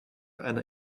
einer